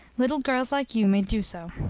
little girls like you may do so.